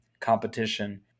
competition